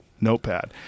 notepad